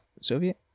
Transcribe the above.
Soviet